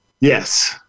yes